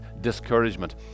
discouragement